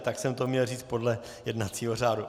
Tak jsem to měl říct podle jednacího řádu.